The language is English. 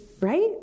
Right